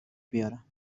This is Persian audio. بیارم